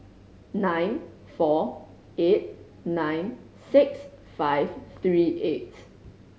nine four eight nine six five three eight